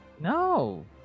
No